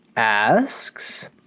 asks